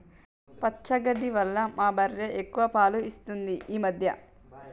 పచ్చగడ్డి వల్ల మా బర్రె ఎక్కువ పాలు ఇస్తుంది ఈ మధ్య